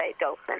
dolphin